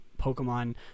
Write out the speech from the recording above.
Pokemon